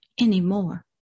anymore